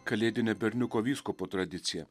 kalėdinę berniuko vyskupo tradiciją